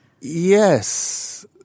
Yes